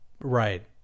right